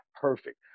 perfect